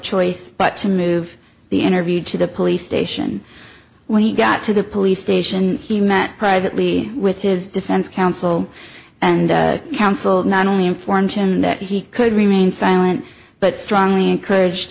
choice but to move the interview to the police station when he got to the police station he met privately with his defense counsel and counsel not only informed him that he could remain silent but strongly encouraged